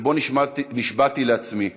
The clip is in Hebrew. שבו נשבעתי לעצמי,